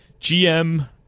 GM